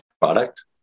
product